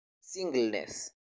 singleness